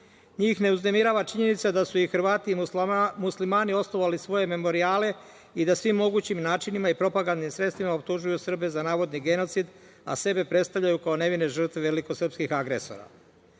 Njih ne uznemirava činjenica da su i Hrvati i Muslimani osnovali svoje memorijale i da svim mogućim načinima i propagandnim sredstvima optužuju Srbe za navodni genocid, a sebe predstavljaju kao nevine žrtve velikosrpskih agresora. To